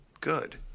Good